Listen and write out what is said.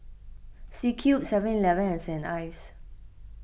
C Cube Seven Eleven and Saint Ives